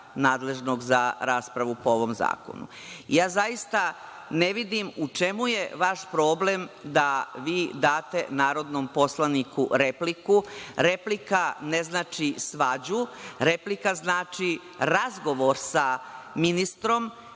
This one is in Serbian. nadležnog za raspravu po ovom zakonu. Zaista ne vidim u čemu je vaš problem da vi date narodnom poslaniku repliku. Replika ne znači svađu, replika znači razgovor sa ministrom.